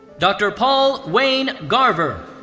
dr. paul wayne garver.